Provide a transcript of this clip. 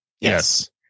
Yes